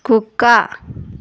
కుక్క